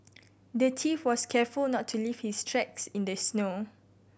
the thief was careful not to leave his tracks in the snow